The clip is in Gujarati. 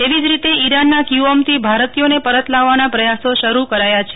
એવી જ રીતે ઇરાનના ક્યૂઓમથી ભારતીયોને પરત લાવવાના પ્રથાસો શરૂ કરાયા છે